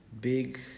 big